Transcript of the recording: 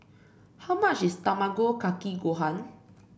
how much is Tamago Kake Gohan